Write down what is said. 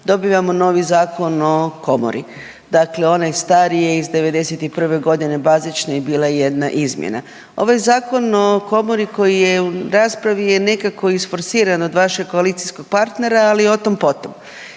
dobivamo novi zakon o komori. Dakle, onaj stari je iz '91. godine bazični i bila je jedna izmjena. Ovaj zakon o komori koji je u raspravi je nekako isforsiran od vašeg koalicijskog partnera, ali o tom potom.